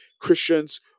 Christians